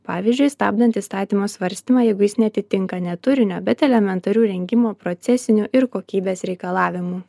pavyzdžiui stabdant įstatymo svarstymą jeigu jis neatitinka ne turinio bet elementarių rengimo procesinių ir kokybės reikalavimų